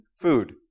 food